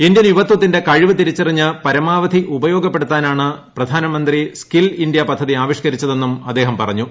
Indian യുവത്തിന്റെ കഴിപ്പ് ്തിരിച്ചറിഞ്ഞ് പരമാവധി ഉപയോഗപ്പെടുത്താനാണ് ഫ്രധാന്റമന്ത്രി സ്കിൽ ഇന്ത്യ പദ്ധതി ആവിഷ്ക്കരിച്ചതെന്നും അദ്ദേഷം പറഞ്ഞു